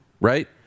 right